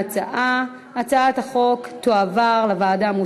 הצעת החוק עברה.